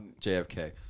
JFK